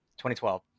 2012